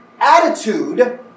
attitude